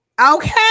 Okay